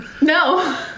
No